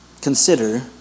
Consider